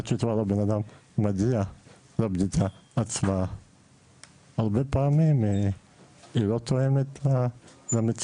עד שכבר הבן אדם מגיע לבדיקה עצמה הרבה פעמים היא לא תואמת למציאות,